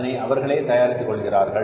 அதனை அவர்களே தயாரித்துக் கொள்கிறார்கள்